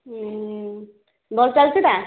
ଉଁ ଭଲ ଚାଲିଛି ନା